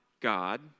God